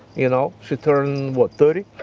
you know she turned what, thirty?